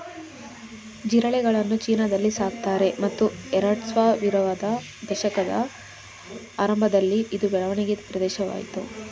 ಜಿರಳೆಗಳನ್ನು ಚೀನಾದಲ್ಲಿ ಸಾಕ್ತಾರೆ ಮತ್ತು ಎರಡ್ಸಾವಿರದ ದಶಕದ ಆರಂಭದಲ್ಲಿ ಇದು ಬೆಳವಣಿಗೆ ಪ್ರದೇಶವಾಯ್ತು